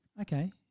Okay